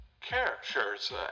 characters